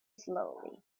slowly